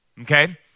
okay